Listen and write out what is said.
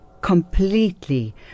completely